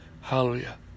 Hallelujah